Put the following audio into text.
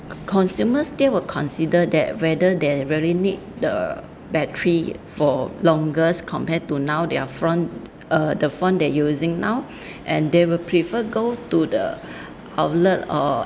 consumers they would consider that whether they really need the battery for longest compared to now their front uh the phone they using now and they will prefer go to the outlet or